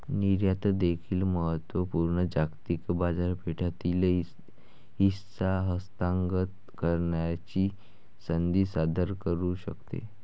निर्यात देखील महत्त्व पूर्ण जागतिक बाजारपेठेतील हिस्सा हस्तगत करण्याची संधी सादर करू शकते